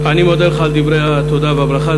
אני מודה לך על דברי התודה והברכה.